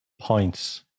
points